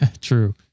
True